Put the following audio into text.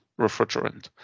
refrigerant